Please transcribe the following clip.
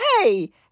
hey